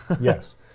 Yes